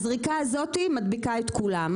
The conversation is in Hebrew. הזריקה הזאת מדביקה את כולם.